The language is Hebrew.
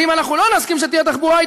ואם אנחנו לא נסכים שתהיה תחבורה היא